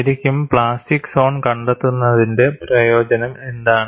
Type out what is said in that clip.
ശരിക്കും plastic zone കണ്ടെത്തുന്നതിന്റെ പ്രയോജനം എന്താണ്